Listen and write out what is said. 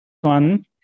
one